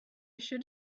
should